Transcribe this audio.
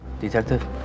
Detective